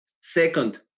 Second